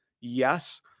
Yes